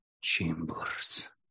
chambers